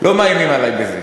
לא מאיימים עלי בזה.